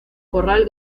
corral